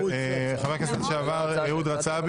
חבר הכנסת לשעבר אהוד רצאבי,